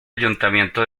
ayuntamiento